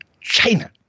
China